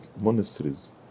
monasteries